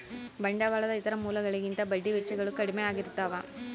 ಬಂಡವಾಳದ ಇತರ ಮೂಲಗಳಿಗಿಂತ ಬಡ್ಡಿ ವೆಚ್ಚಗಳು ಕಡ್ಮೆ ಆಗಿರ್ತವ